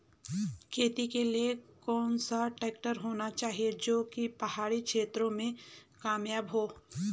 खेती के लिए कौन सा ट्रैक्टर होना चाहिए जो की पहाड़ी क्षेत्रों में कामयाब हो?